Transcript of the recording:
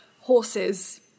horses